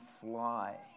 fly